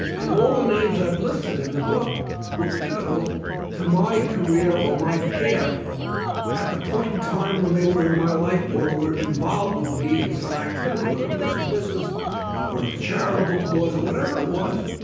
and all the names i've listed in the book were pivotal to my career or my path at the point in time when they were in my life or were involved with me in some activity, whether it was a business or a charitable cause or whatever it was